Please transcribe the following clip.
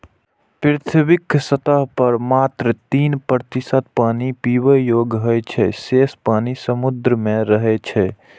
पृथ्वीक सतह पर मात्र तीन प्रतिशत पानि पीबै योग्य होइ छै, शेष पानि समुद्र मे रहै छै